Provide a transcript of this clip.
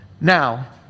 Now